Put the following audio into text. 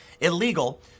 illegal